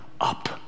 up